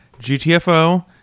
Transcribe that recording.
GTFO